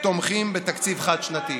תומכים בתקציב חד-שנתי.